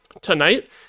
tonight